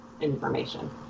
information